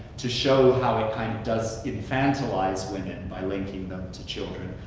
to show ah it kind of does infantilize women by linking them to children,